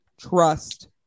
Trust